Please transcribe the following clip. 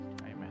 Amen